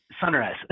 Sunrise